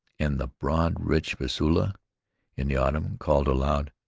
and the broad, rich russulas in the autumn called aloud,